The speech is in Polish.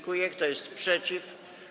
Kto jest przeciw?